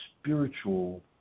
spiritual